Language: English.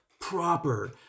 proper